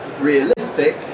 realistic